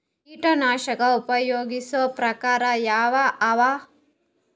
ಕೀಟನಾಶಕ ಉಪಯೋಗಿಸೊ ಪ್ರಕಾರ ಯಾವ ಅವ?